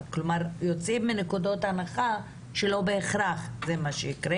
כי יוצאים מנקודות הנחה שלא בהכרח זה מה שיקרה